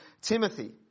Timothy